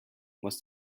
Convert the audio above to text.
was